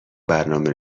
برنامه